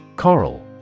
Coral